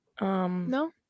No